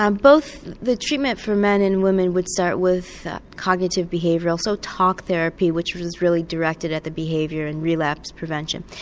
um both the treatment for men and women would start with cognitive behavioural so talk therapy which was really directed at the behaviour and relapse prevention.